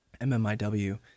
MMIW